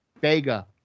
Vega